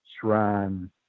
shrine